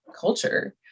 Culture